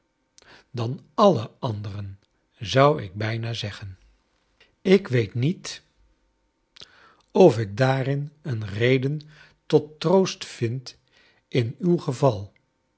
dan alle anderen zou ik bijna zeggen ik weet niet of ik daarin een re den tot troost vind in uw geval